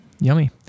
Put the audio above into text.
yummy